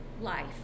life